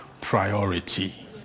priority